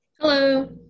Hello